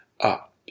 up